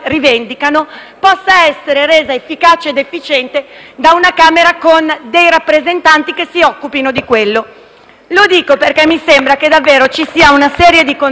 possa essere resa efficace ed efficiente da una Camera con dei rappresentanti che si occupino di quello. *(Applausi dal Gruppo PD)*. Lo dico perché mi sembra che davvero ci sia una serie di contraddizioni